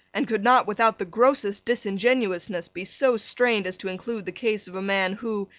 and could not without the grossest disingenuousness be so strained as to include the case of a man who,